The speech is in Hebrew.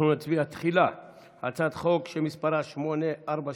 אנחנו נצביע תחילה על הצעת חוק מס' 846,